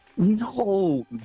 No